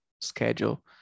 Schedule